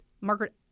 Margaret